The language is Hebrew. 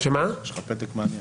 לשלב שיעורי